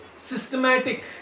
systematic